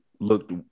looked